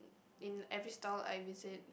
in every style I visit